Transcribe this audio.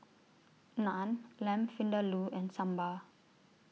Naan Lamb Vindaloo and Sambar